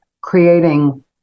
creating